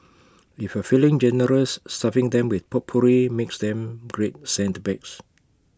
if you're feeling generous stuffing them with potpourri makes them great scent bags